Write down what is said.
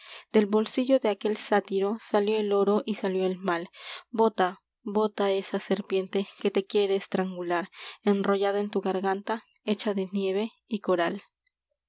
del bolsillo de aquél sátiro salió el oro y salió el mal serpiente bota bota que te esa quiere estrangular en tu enrollada garganta hecha de nieve y coral